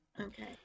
Okay